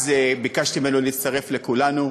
אז ביקשתי ממנו להצטרף לכולנו,